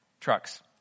trucks